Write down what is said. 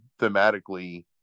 thematically